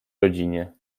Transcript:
rodzinie